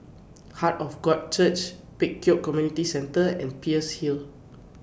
Heart of God Church Pek Kio Community Centre and Peirce Hill